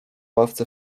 ławce